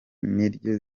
niryo